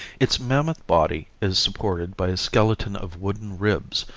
its mammoth body is supported by a skeleton of wooden ribs,